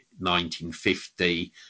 1950